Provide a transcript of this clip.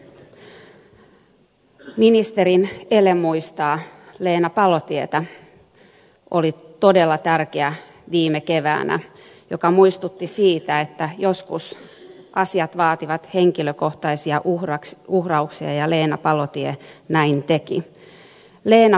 ministerin ele muistaa leena palotietä oli todella tärkeä viime keväänä joka muistutti siitä että joskus asiat vaativat henkilökohtaisia uhrauksia ja leena palotie näin teki